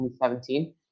2017